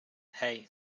hej